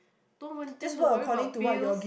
don't want them to worry about bills